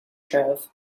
trove